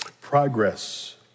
Progress